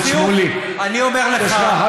אדוני.